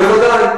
בוודאי.